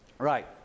Right